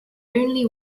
only